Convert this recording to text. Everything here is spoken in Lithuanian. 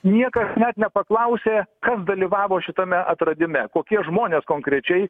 niekas net nepaklausė kas dalyvavo šitame atradime kokie žmonės konkrečiai